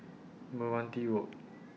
Meranti Road